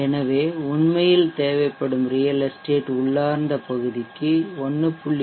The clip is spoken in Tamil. எனவே உண்மையில் தேவைப்படும் ரியல் எஸ்டேட் உள்ளார்ந்த பகுதிக்கு 1